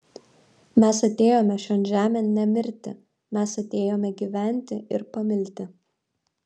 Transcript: mes atėjome šion žemėn ne mirti mes atėjome gyventi ir pamilti